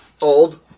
Old